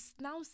now